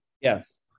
Yes